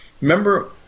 Remember